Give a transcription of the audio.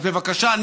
אז בבקשה,